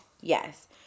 Yes